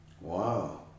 wow